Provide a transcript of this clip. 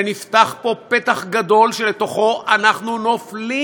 שנפתח פה פתח גדול שלתוכו אנחנו נופלים?